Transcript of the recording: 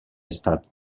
estat